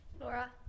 Laura